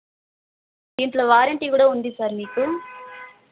దీంట్లో వారంటీ కూడా ఉంది సార్ మీకు